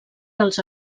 dels